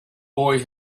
boy